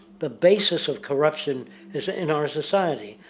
the bases of corruption is in our society.